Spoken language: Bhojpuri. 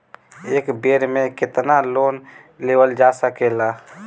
एक बेर में केतना लोन लेवल जा सकेला?